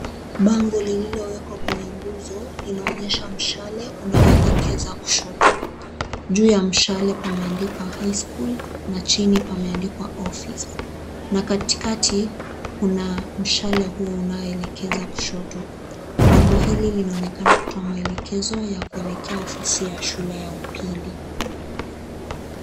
Bango lililo wekwa kwenye ngunzo linaonyesha mshale unaoelekeza kushoto. Juu ya mshale pameandikwa High School na chini pameandikwa office na katikati kuna mshale huo unaoelekeza kushoto. Bango hili linaonekana kutoa mwelekezo ya kuelekea ofisi ya shule ya upili.